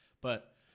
But-